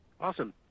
Awesome